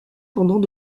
pendant